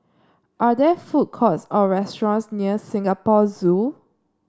are there food courts or restaurants near Singapore Zoo